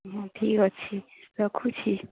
ହଁ ଠିକ୍ ଅଛି ରଖୁଛି